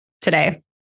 today